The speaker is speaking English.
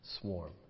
swarm